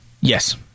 Yes